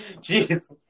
Jesus